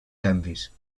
canvis